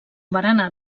barana